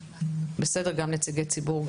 גם נציגי ציבור,